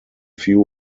few